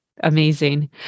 Amazing